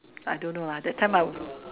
I don't know ah that time I